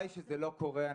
שהיא שזה לא קורה.